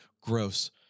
gross